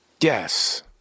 Yes